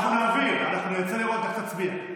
אנחנו נרצה לראות איך תצביע.